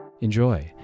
Enjoy